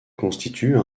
constituent